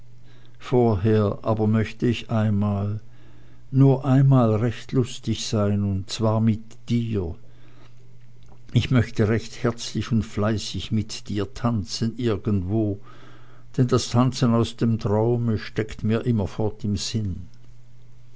vorher aber möchte ich einmal nur einmal recht lustig sein und zwar mit dir ich möchte recht herzlich und fleißig mit dir tanzen irgendwo denn das tanzen aus dem traume steckt mir immerfort im sinn